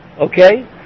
Okay